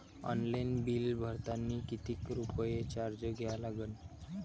Online bill भरतानी कितीक रुपये चार्ज द्या लागन?